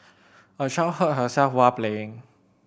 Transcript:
a child hurt herself while playing